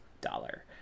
dollar